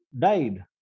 died